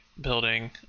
building